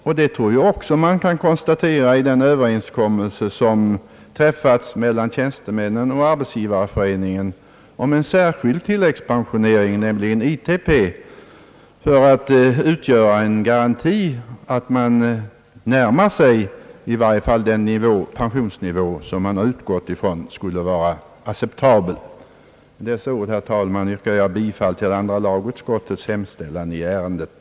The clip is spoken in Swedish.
Jag tror att man kan konstatera det i den över enskommelse som träffats mellan tjänstemännen och Arbetsgivareföreningen om en särskild tilläggspensionering, nämligen ITP, vilken skall utgöra en garanti att man i varje fall närmar sig den pensionsnivå som man har utgått ifrån skulle vara acceptabel. Med dessa ord, herr talman, yrkar jag bifall till andra lagutskottets förslag i ärendet.